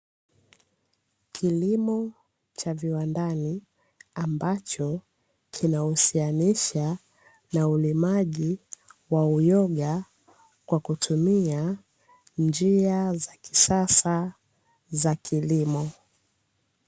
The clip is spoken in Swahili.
Kilimo cha viwandani ambacho kinahusianisha na ulimaji wa uyoga kwa kutumia njia za kisasa za kilimo.